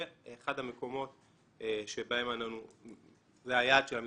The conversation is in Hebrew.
זה היעד של המשרד,